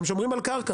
הם שומרים על קרקע